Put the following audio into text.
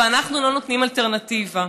ואנחנו לא נותנים אלטרנטיבה.